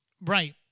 Right